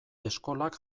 eskolak